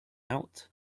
out